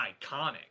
iconic